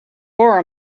for